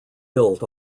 built